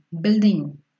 building